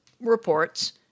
reports